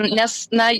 nes na